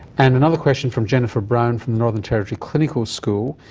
and another question, from jennifer brown from the northern territory clinical school,